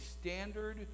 standard